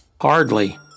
Hardly